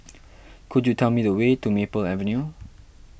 could you tell me the way to Maple Avenue